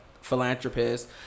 philanthropist